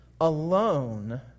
alone